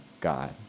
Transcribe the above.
God